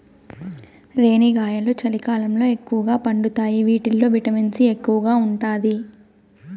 రేణిగాయాలు చలికాలంలో ఎక్కువగా పండుతాయి వీటిల్లో విటమిన్ సి ఎక్కువగా ఉంటాది